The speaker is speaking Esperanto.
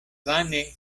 vane